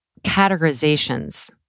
categorizations